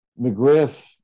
mcgriff